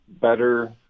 better